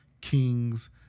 kings